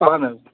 اہَن حظ